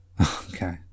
Okay